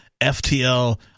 FTL